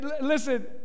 Listen